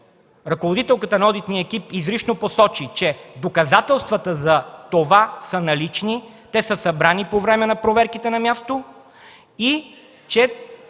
ръководителката на одитния екип изрично посочи, че доказателствата за това са налични, те са събрани по време на проверките на място и че